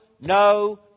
no